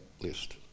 list